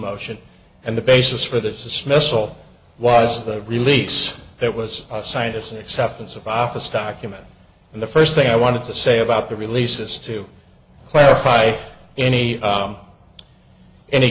motion and the basis for this missile was the release that was a scientist's acceptance of office document and the first thing i wanted to say about the release is to clarify any